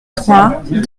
trois